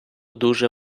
дуже